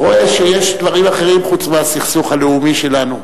אתה רואה שיש דברים אחרים חוץ מהסכסוך הלאומי שלנו.